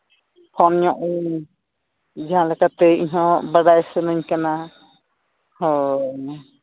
ᱠᱚᱢ ᱧᱚᱜ ᱤᱧ ᱡᱟᱦᱟᱸ ᱞᱮᱠᱟᱛᱮ ᱤᱧᱦᱚᱸ ᱵᱟᱰᱟᱭ ᱥᱟᱱᱟᱧ ᱠᱟᱱᱟ ᱦᱳᱭ